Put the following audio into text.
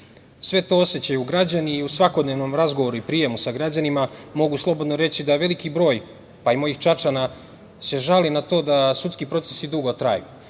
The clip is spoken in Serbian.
to osećaju građani i u svakodnevnom razgovoru i prijemu sa građanima mogu slobodno reći da veliki broj, pa i mojih Čačana, se žali na to da sudski procesi dugo traju.